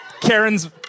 Karen's